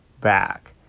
back